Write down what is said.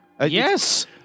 Yes